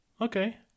okay